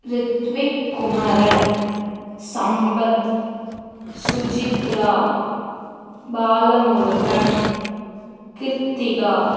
Rithvik Kumaran Sampath Sujithra Balamurugan Kiruthika